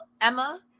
Emma